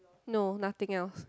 no nothing else